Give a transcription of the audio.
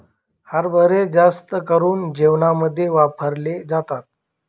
हरभरे जास्त करून जेवणामध्ये वापरले जातात